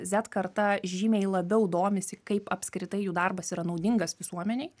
zet karta žymiai labiau domisi kaip apskritai jų darbas yra naudingas visuomenei